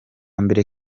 mbere